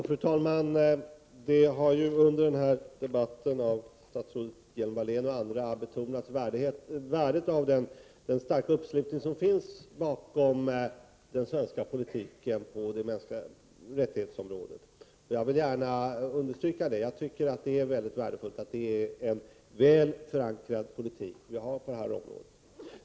Fru talman! Statsrådet Hjelm-Wallén och andra har ju under debatten betonat värdet av den starka uppslutningen bakom den svenska politiken när det gäller mänskliga rättigheter. Jag vill gärna unerstryka detta — jag tycker det är värdefullt att vi har en väl förankrad politik härvidlag.